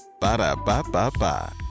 Ba-da-ba-ba-ba